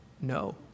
No